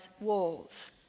walls